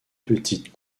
petites